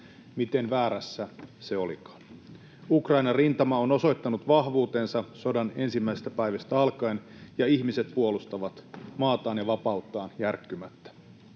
Miten väärässä se olikaan. Ukrainan rintama on osoittanut vahvuutensa sodan ensimmäisestä päivästä alkaen, ja ihmiset puolustavat maataan ja vapauttaan järkkymättä.